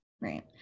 Right